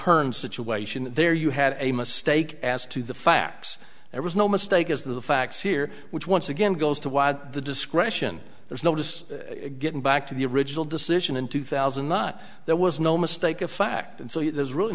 herne situation there you had a mistake as to the facts there was no mistake as to the facts here which once again goes to watch the discretion there is no to getting back to the original decision in two thousand and nine there was no mistake of fact and so there's really